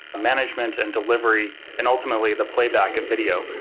management and delivery, and ultimately the playback of video.